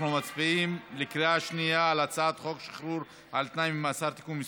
אנחנו מצביעים בקריאה שנייה על הצעת חוק שחרור על תנאי ממאסר (תיקון מס'